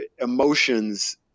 emotions